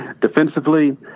Defensively